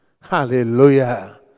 Hallelujah